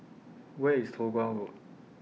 Where IS Toh Guan Road